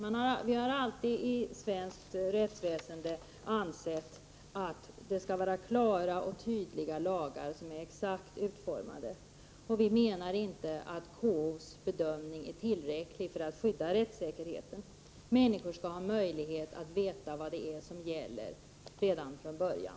Vi har i svenskt rättsväsende alltid ansett att lagarna skall vara klara och tydliga och exakt utformade. Vi menar att KO:s bedömning inte är tillräcklig för att skydda rättssäkerheten. Människor skall ha möjlighet att redan från början veta vad som gäller.